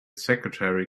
secretary